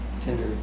Tinder